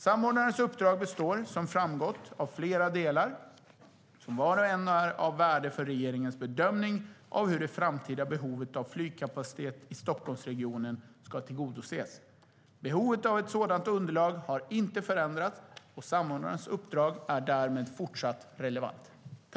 Samordnarens uppdrag består - som framgått - av flera delar, som var och en är av värde för regeringens bedömning av hur det framtida behovet av flygkapacitet i Stockholmsregionen ska tillgodoses. Behovet av ett sådant underlag har inte förändrats och samordnarens uppdrag är därmed fortsatt relevant.